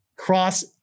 cross